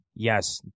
Yes